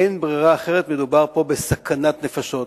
אין ברירה אחרת, מדובר פה בסכנת נפשות.